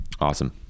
Awesome